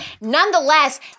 Nonetheless